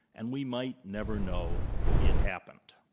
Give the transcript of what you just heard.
and we might never know it happened.